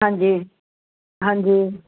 ਹਾਂਜੀ ਹਾਂਜੀ